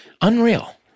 Unreal